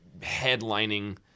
headlining